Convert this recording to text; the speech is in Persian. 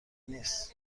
نیست